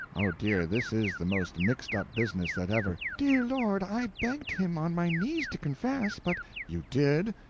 oh, dear, this is the most mixed-up business that ever dear lord, i begged him on my knees to confess, but you did!